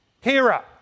Hera